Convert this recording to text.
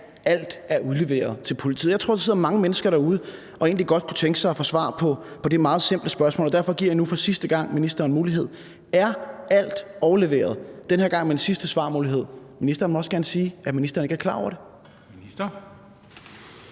alt er udleveret til politiet. Jeg tror, der sidder mange mennesker derude, som egentlig godt kunne tænke sig at få svar på det meget simple spørgsmål. Og derfor giver jeg nu for sidste gang ministeren mulighed for at svare: Er alt overleveret? Den her gang er det med en sidste svarmulighed: Ministeren må også gerne sige, at ministeren ikke er klar over det.